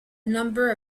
number